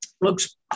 looks